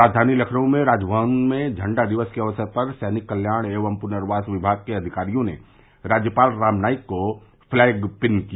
राजधानी लखनऊ में राजभवन में झंडा दिवस के अवसर पर सैनिक कल्याण एवं पुनर्वास विमाग के अविकारियों ने राज्यपाल राम नाईक को प्लैग पिन किया